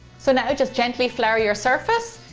so now just gently flour your surface,